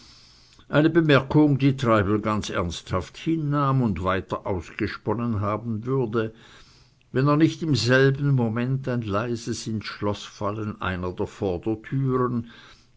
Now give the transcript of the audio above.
eine bemerkung die treibel ganz ernsthaft hinnahm und weiter ausgesponnen haben würde wenn er nicht im selben moment ein leises insschloßfallen einer der vordertüren